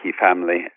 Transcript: family